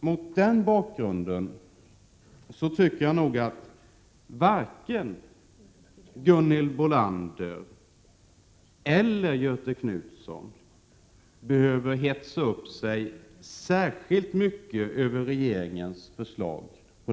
Mot den bakgrunden tycker jag att varken Gunhild Bolander eller Göthe Knutson behöver hetsa upp sig särskilt mycket över regeringens förslag.